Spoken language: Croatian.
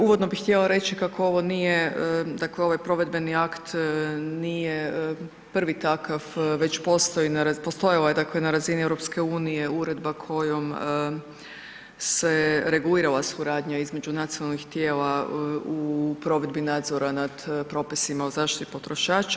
Uvodno bih htjela reći kako ovo nije, dakle ovo je provedbeni akt, nije prvi takav, već postoji, postojala je dakle na razini EU uredba kojom se regulirala suradnja između nacionalnih tijela u provedbi nadzora nad propisima o zaštiti potrošača.